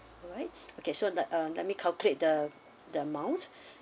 alright okay so like uh let me calculate the the amount